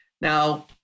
Now